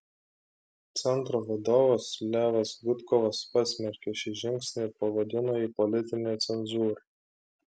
centro vadovas levas gudkovas pasmerkė šį žingsnį ir pavadino jį politine cenzūra